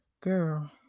girl